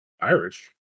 Irish